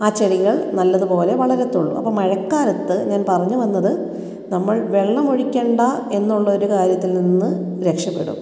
ആ ചെടികൾ നല്ലത് പോലെ വളരത്തൊള്ളു അപ്പോൾ മഴക്കാലത്ത് ഞാൻ പറഞ്ഞ് വന്നത് നമ്മൾ വെള്ളം ഒഴിക്കണ്ട എന്നുള്ള ഒരു കാര്യത്തിൽ നിന്ന് രക്ഷപ്പെടും